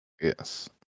Yes